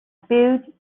build